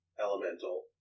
elemental